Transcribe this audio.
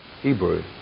Hebrew